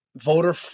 voter